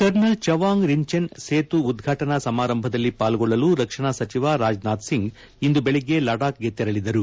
kernel Chewang Rinchen Setu ಉದ್ವಾಟನಾ ಸಮಾರಂಭದಲ್ಲಿ ಪಾಲ್ಗೊಳ್ಳಲು ರಕ್ಷಣಾ ಸಚಿವ ರಜನಾಥ್ ಸಿಂಗ್ ಇಂದು ಬೆಳಿಗ್ಗೆ ಲಡಾಖ್ಗೆ ತೆರಳಿದರು